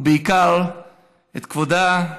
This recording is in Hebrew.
ובעיקר את כבודה,